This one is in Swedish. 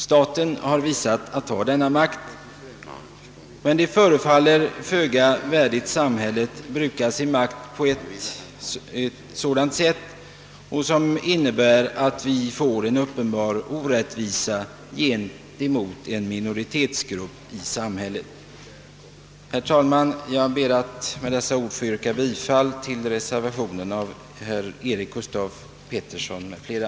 Staten har visat sig ha denna makt, men det förefaller föga värdigt samhället att bruka sin makt på ett sätt som innebär en uppenbar orättvisa gentemot en minioritetsgrupp i samhället. Herr talman! Jag ber att med dessa ord få yrka bifall till reservationen av herr Eric Gustaf Peterson m.fl.